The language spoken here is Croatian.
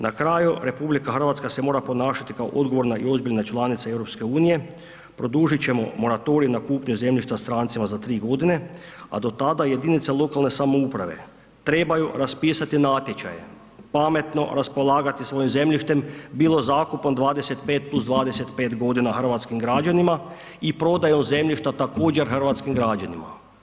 Na kraju, RH se mora ponašati kao odgovorna i ozbiljna članica EU, produžit ćemo moratorij na kupnju zemljišta strancima za 3.g., a do tada jedinice lokalne samouprave trebaju raspisati natječaje, pametno raspolagati svojim zemljištem, bilo zakupom 25+25.g. hrvatskim građanima i prodaju zemljišta također hrvatskim građanima.